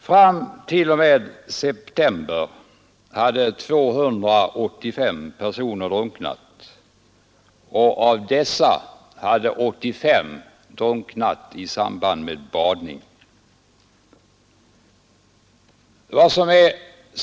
Fram t.o.m. september hade 285 personer drunknat, och av dessa hade 65 drunknat i samband med badning.